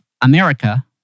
America